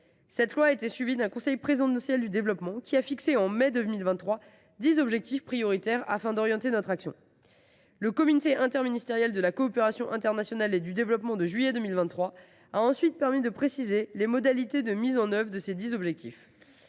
lors d’une réunion du conseil présidentiel du développement, de dix objectifs prioritaires afin d’orienter notre action. Le comité interministériel de la coopération internationale et du développement (Cicid) de juillet 2023 a ensuite permis de préciser les modalités de mise en œuvre de ces dix objectifs.